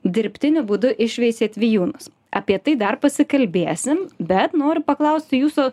dirbtiniu būdu išveisėt vijūnus apie tai dar pasikalbėsim bet noriu paklausti jūsų